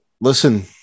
Listen